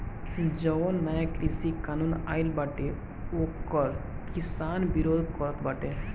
जवन नया कृषि कानून आइल बाटे ओकर किसान विरोध करत बाटे